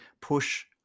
push